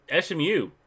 SMU